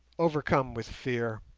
overcome with fear,